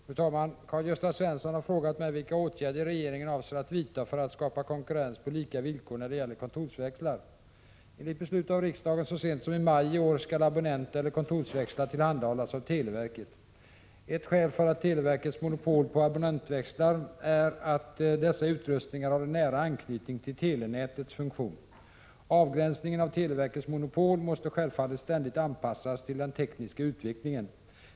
Fru talman! Karl-Gösta Svenson har frågat mig vilka åtgärder regeringen avser att vidta för att skapa konkurrens på lika villkor när det gäller kontorsväxlar. Ett skäl för televerkets monopol på abonnentväxlar är att dessa utrustningar har en nära anknytning till telenätets funktion. Avgränsningen av televerkets monopol måste självfallet ständigt anpassas till den tekniska utvecklingen.